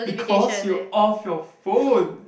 because you off your phone